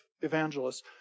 evangelists